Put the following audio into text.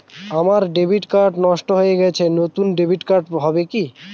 আমার debit card নষ্ট হয়ে গেছে নূতন ডেবিট কার্ড হবে কি?